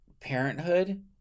parenthood